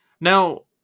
Now